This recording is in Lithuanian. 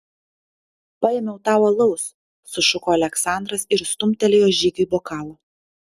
paėmiau tau alaus sušuko aleksandras ir stumtelėjo žygiui bokalą